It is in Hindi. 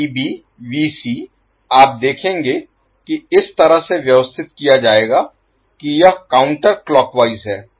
तो आप देखेंगे कि इस तरह से व्यवस्थित किया जाएगा कि यह काउंटर क्लॉक वाइज है